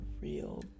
real